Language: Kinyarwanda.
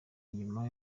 nyuma